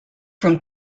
from